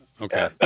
Okay